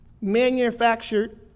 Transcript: manufactured